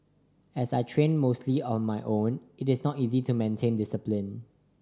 as I train mostly on my own it is not easy to maintain discipline